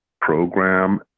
program